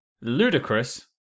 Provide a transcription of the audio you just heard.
ludicrous